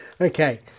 okay